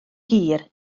hir